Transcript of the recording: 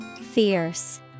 Fierce